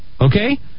Okay